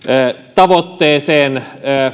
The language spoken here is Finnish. tavoitteeseen osin